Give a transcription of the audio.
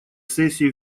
сессии